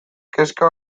kezka